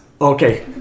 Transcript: Okay